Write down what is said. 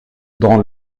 dans